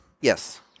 Yes